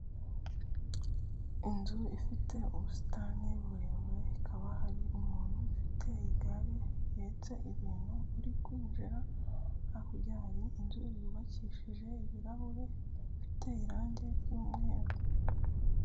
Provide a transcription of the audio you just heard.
Inzu ifite ubusitani burebure hakaba hari umuntu ufite igare rihetse ibintu uri kwinjira, hakurya hari inzu yubakishije ibirahure bifite irangi ry'umweru.